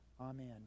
amen